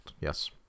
yes